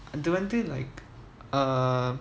இது வந்து:ithu vanthu like um